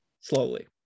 slowly